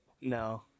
no